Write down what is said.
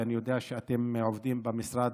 ואני יודע שאתם עובדים במשרד,